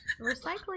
Recycling